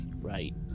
right